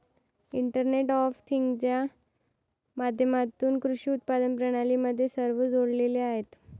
internet of थिंग्जच्या माध्यमातून कृषी उत्पादन प्रणाली मध्ये सर्व जोडलेले आहेत